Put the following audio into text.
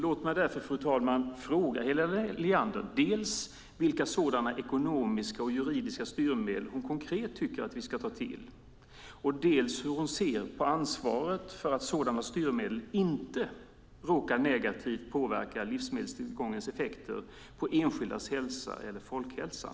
Låt mig därför, fru talman, fråga Helena Leander dels vilka sådana ekonomiska och juridiska styrmedel hon konkret tycker att vi ska ta till, dels hur hon ser på ansvaret för att sådana styrmedel inte råkar negativt påverka livsmedelstillgångens effekter på enskildas hälsa eller på folkhälsan.